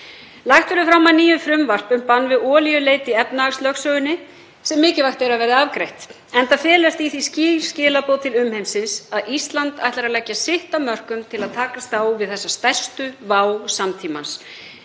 Lagt verður fram að nýju frumvarp um bann við olíuleit í efnahagslögsögunni sem mikilvægt er að verði afgreitt enda felast í því skýr skilaboð til umheimsins að Ísland ætlar að leggja sitt af mörkum til að takast á við þessa stærstu áskorun samtímans.